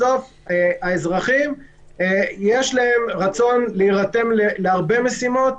האזרחים יש להם רצון להירתם להרבה משימות.